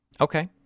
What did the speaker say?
Okay